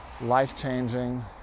life-changing